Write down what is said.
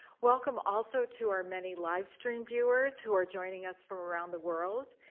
welcome also to our many livestream viewers, who are joining us from around the world.